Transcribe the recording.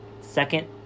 second